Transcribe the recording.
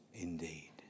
Indeed